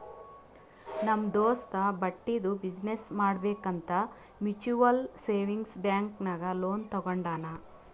ನಮ್ ದೋಸ್ತ ಬಟ್ಟಿದು ಬಿಸಿನ್ನೆಸ್ ಮಾಡ್ಬೇಕ್ ಅಂತ್ ಮ್ಯುಚುವಲ್ ಸೇವಿಂಗ್ಸ್ ಬ್ಯಾಂಕ್ ನಾಗ್ ಲೋನ್ ತಗೊಂಡಾನ್